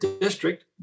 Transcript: district